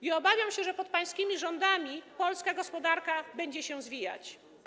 I obawiam się, że pod pańskimi rządami polska gospodarka będzie się zwijać.